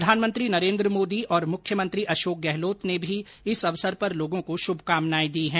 प्रधानमंत्री नरेन्द्र मोदी और मुख्यमंत्री अशोक गहलोत ने भी इस अवसर पर लोगों को शुभकानाए दी है